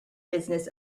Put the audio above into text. business